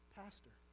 pastor